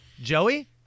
Joey